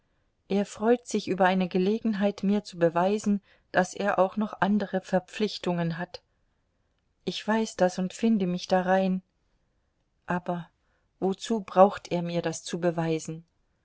er freut sich über eine gelegenheit mir zu beweisen daß er auch noch andere verpflichtungen hat ich weiß das und finde mich darein aber wozu braucht er mir das zu beweisen